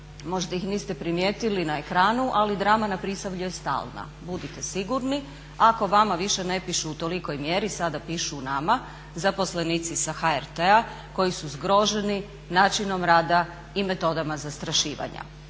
možda ih niste primijetili na ekranu, ali drama na Prisavlju je stalna. Budite sigurni, ako vama više ne pišu u tolikoj mjeri, sada pišu nama zaposlenici sa HRT-a koji su zgroženi načinom rada i metodama zastrašivanja.